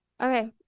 okay